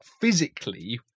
physically